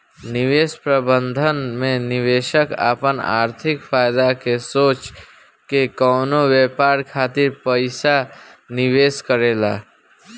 निवेश प्रबंधन में निवेशक आपन आर्थिक फायदा के सोच के कवनो व्यापार खातिर पइसा निवेश करेला